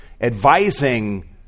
advising